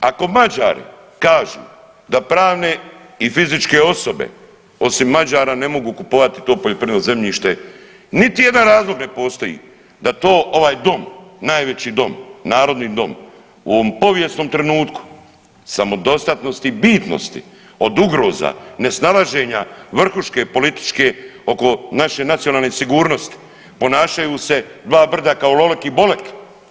Ako Mađari kažu da pravne i fizičke osobe osim Mađara ne mogu kupovati to poljoprivredno zemljište niti jedan razlog ne postoji da to ovaj dom, najveći dom, narodni dom, u ovom povijesnom trenutku samodostatnosti i bitnosti od ugroza nesnalaženja vrhuške političke oko naše nacionalne sigurnosti, ponašaju se dva brda kao Lolek i Bolek.